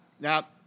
Now